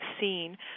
seen